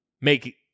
make